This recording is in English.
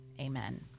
Amen